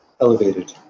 elevated